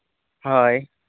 ᱦᱳᱭ